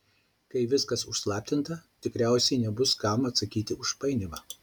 kai viskas užslaptinta tikriausiai nebus kam atsakyti už painiavą